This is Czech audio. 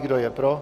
Kdo je pro?